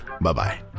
Bye-bye